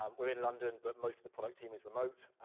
um we're in london, but most of the product team is remote,